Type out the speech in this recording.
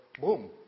boom